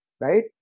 right